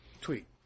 Tweet